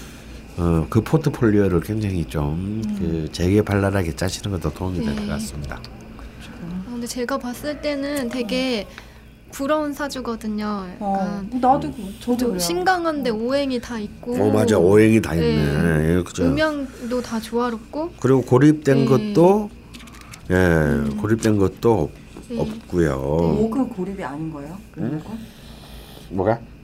어, 그 포트폴리오를 굉장히 좀 음. 그 재개발랄하게 짜시는 것도 도움이 될 것 네. 같습니다. 그렇죠. 아, 근데 제가 봤을 때는 되게 음. 부러운 사주거든요. 어, 약간 나도 그, 저도 좀 그래요. 신강한데 어. 오행이 다 있고. 어, 맞아. 오행이 다 있네. 네. 예, 그죠. 음양도 다 조화롭고. 그리고 고립된 네. 것도, 예, 음. 고립된 것도 없- 네. 없고요. 네. 뭐 그 고립이 아닌 거예요? 그런 응? 거? 뭐가?